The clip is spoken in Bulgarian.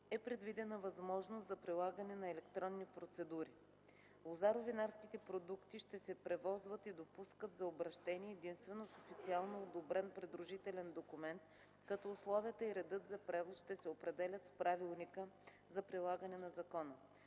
е предвидена възможност за прилагане на електронни процедури. Лозаро-винарските продукти ще се превозват и допускат за обръщение единствено с официално одобрен придружителен документ, като условията и редът за превоз ще се определят с правилника за прилагане на закона.